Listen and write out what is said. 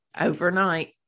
overnight